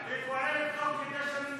--- היא פועלת תוך כדי שאני מדבר.